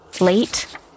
late